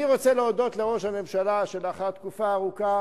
אני רוצה להודות לראש הממשלה שלאחר תקופה ארוכה